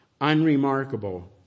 unremarkable